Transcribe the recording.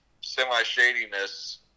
semi-shadiness